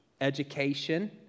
Education